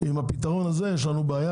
עם הפתרון שהוצע יש לנו בעיה,